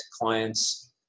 clients